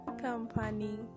company